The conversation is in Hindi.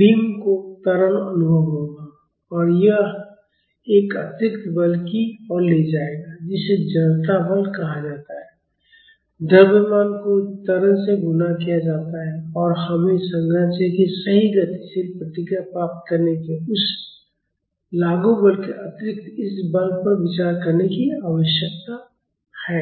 बीम को त्वरण अनुभव होगा और यह एक अतिरिक्त बल की ओर ले जाएगा जिसे जड़ता बल कहा जाता है द्रव्यमान को त्वरण से गुणा किया जाता है और हमें संरचना की सही गतिशील प्रतिक्रिया प्राप्त करने के लिए उस लागू बल के अतिरिक्त इस बल पर विचार करने की आवश्यकता है